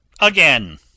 again